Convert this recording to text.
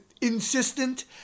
insistent